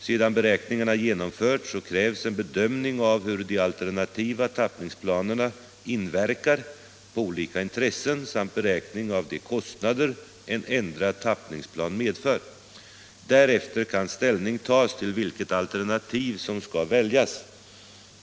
Sedan beräkningarna genomförts krävs en bedömning av hur de alternativa tappningsplanerna inverkar på olika intressen samt beräkning av de kostnader en ändrad tappningsplan medför. Därefter kan ställning tas till vilket alternativ som skall väljas.